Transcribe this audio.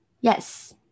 Yes